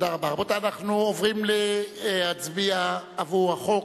רבותי, אנחנו עוברים להצביע על הצעת החוק